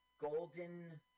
golden